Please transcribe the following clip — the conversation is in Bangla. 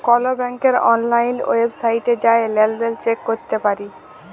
কল ব্যাংকের অললাইল ওয়েবসাইটে জাঁয়ে লেলদেল চ্যাক ক্যরতে পারি